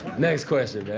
next question,